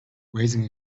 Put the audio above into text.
raising